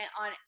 on